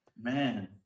Man